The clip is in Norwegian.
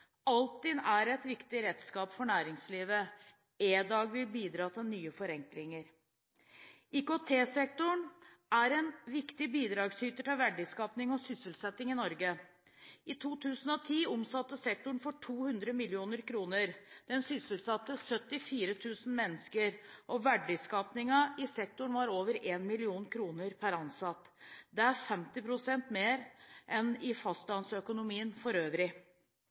er et viktig redskap for næringslivet. EDAG vil bidra til nye forenklinger. IKT-sektoren er en viktig bidragsyter til verdiskapning og sysselsetting i Norge. I 2010 omsatte sektoren for 200 mrd. kr, den sysselsatte 74 000 mennesker, og verdiskapningen i sektoren var over 1 mill. kr per ansatt. Det er 50 pst. mer enn i fastlandsøkonomien for øvrig.